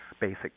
basic